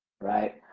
right